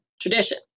tradition